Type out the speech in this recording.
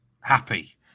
happy